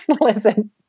listen